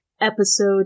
episode